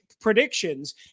Predictions